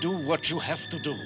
do what you have to do